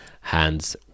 hands